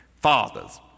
Fathers